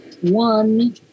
one